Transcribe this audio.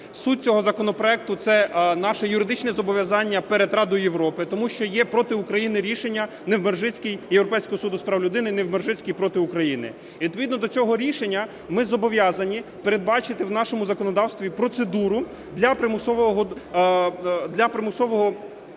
Суть цього законопроекту – це наші юридичні зобов'язання перед Радою Європи, тому що є проти України рішення Європейського суду з прав людини "Невмержицький проти України". Відповідно до цього рішення, ми зобов'язані передбачити в нашому законодавстві процедуру для примусового